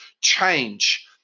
change